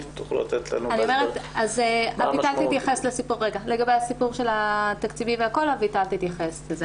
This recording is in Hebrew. לגבי הסיפור התקציבי אביטל בגין תתייחס.